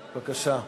בבקשה.